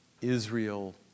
Israel